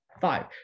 five